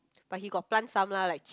but he got plant some lah like chili